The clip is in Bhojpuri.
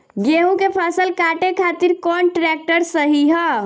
गेहूँ के फसल काटे खातिर कौन ट्रैक्टर सही ह?